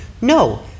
no